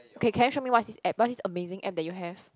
okay can you show me what's this app what's this amazing app that you have